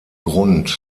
grund